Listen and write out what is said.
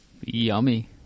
Yummy